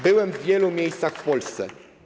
Byłem w wielu miejscach w Polsce.